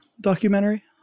documentary